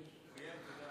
אינו נוכח אריה